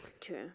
True